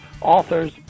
authors